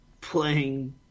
playing